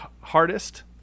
hardest